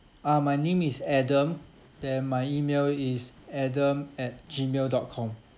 uh my name is adam then my email is adam at gmail dot com